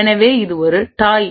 எனவே இது ஒரு டாய்